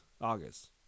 August